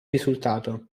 risultato